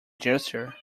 gesture